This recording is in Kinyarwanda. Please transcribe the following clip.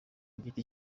giti